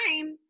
time